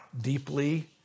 deeply